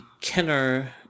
Kenner